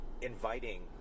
inviting